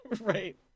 Right